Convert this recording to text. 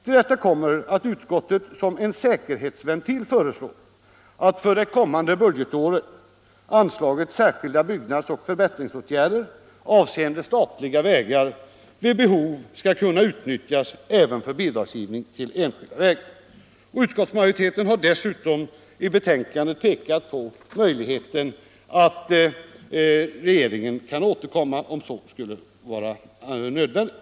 Till detta kommer att utskottet som en säkerhetsventil föreslår att för det kommande budgetåret anslaget Särskilda byggnadsoch förbättringsåtgärder avseende statliga vägar vid behov skall kunna utnyttjas även för bidragsgivning till enskilda vägar. Utskottsmajoriteten har dessutom i betänkandet pekat på att regeringen kan återkomma om så skulle vara nödvändigt.